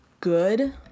good